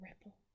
ripple